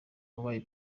wabaye